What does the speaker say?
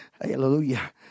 hallelujah